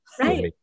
Right